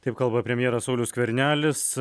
taip kalba premjeras saulius skvernelis